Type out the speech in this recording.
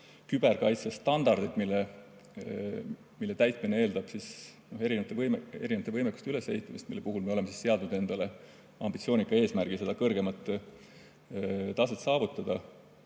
küberkaitse standardid, mille täitmine eeldab erinevate võimekuste ülesehitamist. Me oleme seadnud endale ambitsioonika eesmärgi selles kõrgema taseme saavutada.